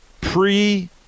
Pre